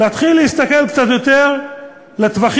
כדי להתחיל להסתכל קצת יותר לטווחים